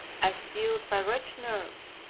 i steeled, my wretched nerves,